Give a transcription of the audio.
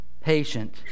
patient